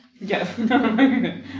Yes